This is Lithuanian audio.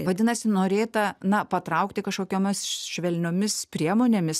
vadinasi norėta na patraukti kažkokiomis švelniomis priemonėmis